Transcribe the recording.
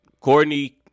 Courtney